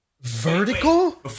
Vertical